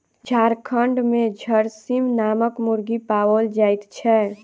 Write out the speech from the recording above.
झारखंड मे झरसीम नामक मुर्गी पाओल जाइत छै